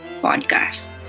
podcast